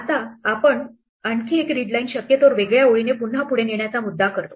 आता आम्ही आणखी एक रीडलाईन शक्यतो वेगळ्या ओळीने पुन्हा पुढे नेण्याचा मुद्दा करतो